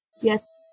Yes